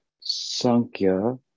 Sankhya